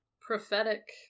prophetic